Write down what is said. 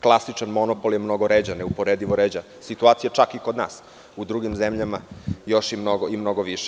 Klasičan monopol je mnogo ređa, neuporedivo ređa situacija, čak i kod nas, a u drugim zemljama još i mnogo više.